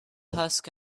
husk